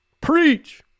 Preach